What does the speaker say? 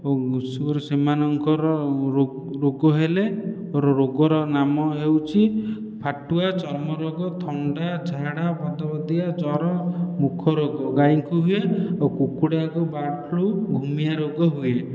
ଓ ସେମାନଙ୍କର ରୋଗ ହେଲେ ରୋଗର ନାମ ହେଉଛି ଫାଟୁଆ ଚର୍ମ ରୋଗ ଥଣ୍ଡା ଝାଡ଼ା ଭଦଭଦିଆ ଜର ମୁଖ ରୋଗ ଗାଈଙ୍କୁ ହୁଏ ଓ କୁକୁଡ଼ାକୁ ବାର୍ଡଫ୍ଲୁ ଓ ଘୁମିଆ ରୋଗ ହୁଏ